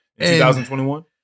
2021